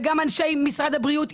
אנשי משרד הבריאות,